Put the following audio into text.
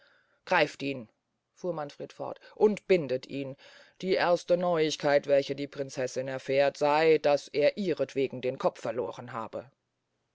greift ihn fuhr manfred fort und bindet ihn die erste neuigkeit welche die prinzessin erfährt sey daß er ihrentwegen den kopf verloren habe